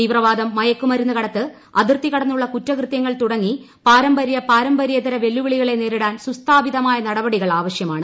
തീവ്രവാദം മയക്കുമരുന്ന് കടത്ത് അതിർത്തികടന്നുള്ള കുറ്റകൃത്യങ്ങൾ തുടങ്ങി പാരമ്പര്യ പാരമ്പര്യേതര വെല്ലുവിളികളെ നേരിടാൻ സുസ്ഥാപിതമായ നടപടി കൾ ആവശ്യമാണ്